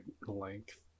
length